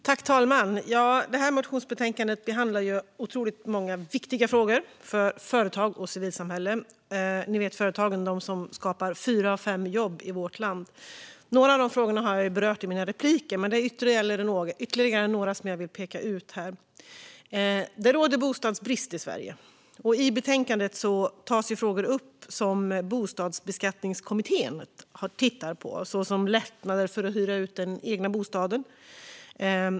Fru talman! Det här motionsbetänkandet behandlar många viktiga frågor för både företag och civilsamhälle. Ni vet, företagen - de som skapar fyra av fem jobb i vårt land. Några av de frågorna har jag berört i replikerna, men det är ytterligare några jag vill peka ut här. Det råder bostadsbrist i Sverige. I betänkandet tas det upp frågor som Bostadsbeskattningskommittén har tittat på, såsom lättnader för att hyra ut den egna bostaden.